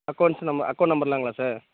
accounts நம்ம account நம்பர்லாம்ங்களா sir